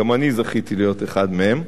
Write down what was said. גם אני זכיתי להיות אחד מהם,